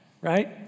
right